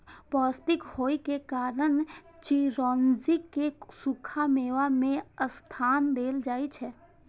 पौष्टिक होइ के कारण चिरौंजी कें सूखा मेवा मे स्थान देल जाइ छै